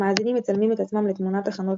המאזינים מצלמים את עצמם לתמונת הכנות